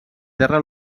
terra